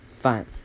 fine